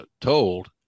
told